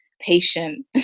patient